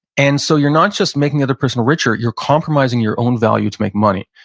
and so you're not just making other person richer, you're compromising your own value to make money.